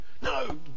no